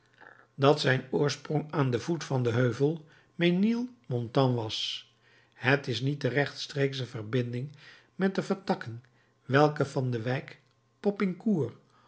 dat zijn oorsprong aan den voet van den heuvel menilmontant was het is niet in rechtstreeksche verbinding met de vertakking welke van de wijk